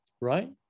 right